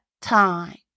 time